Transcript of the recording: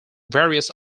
various